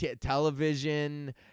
television